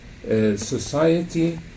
society